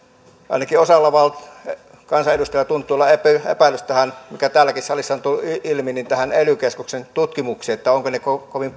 ainakin osalla kansanedustajista tuntuu olevan epäilys mikä täälläkin salissa on tullut ilmi tästä ely keskuksen tutkimuksesta että ovatko ne kovin